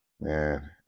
man